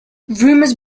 rumours